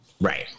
Right